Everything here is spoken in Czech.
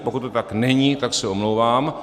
Pokud to tak není, tak se omlouvám.